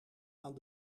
aan